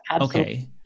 Okay